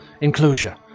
enclosure